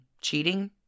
cheating